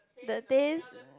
the taste